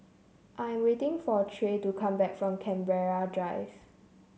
I'm waiting for Trey to come back from Canberra Drive